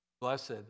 Blessed